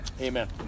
amen